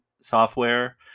software